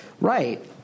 right